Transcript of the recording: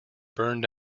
burned